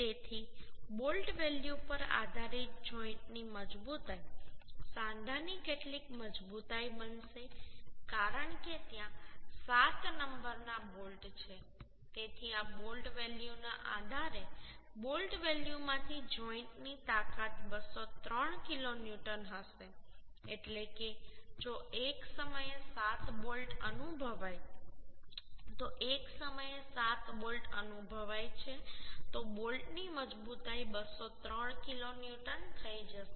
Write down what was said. તેથી bolt value પર આધારિત જોઈન્ટની મજબૂતાઈ સાંધાની કેટલી મજબૂતાઈ બનશે કારણ કે ત્યાં 7 નંબરના બોલ્ટ છે તેથી આ બોલ્ટ વેલ્યુના આધારે બોલ્ટ વેલ્યુમાંથી જોઈન્ટ ની તાકાત 203 કિલોન્યુટન હશે એટલે કે જો એક સમયે 7 બોલ્ટ અનુભવાય તો એક સમયે 7 બોલ્ટ અનુભવાય છે તો બોલ્ટની મજબૂતાઈ 203 કિલોન્યુટન થઈ જશે